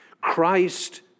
Christ